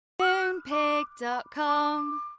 Moonpig.com